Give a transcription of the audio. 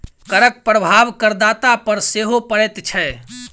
करक प्रभाव करदाता पर सेहो पड़ैत छै